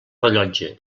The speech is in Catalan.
rellotge